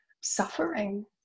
suffering